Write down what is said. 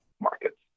markets